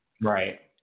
Right